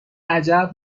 عجب